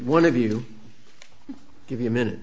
one of you give you a minute